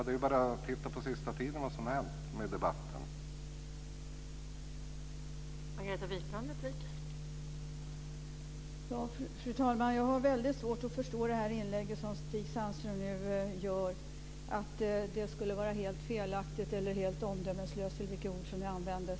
Det är bara att titta på vad som har hänt i debatten på sista tiden.